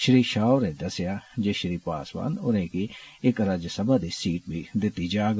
श्री षाह होरें दस्सेआ जे श्री पवन होरें गी इक राज्यसभा दी सीट बी दिती जाग